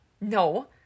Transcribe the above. No